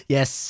Yes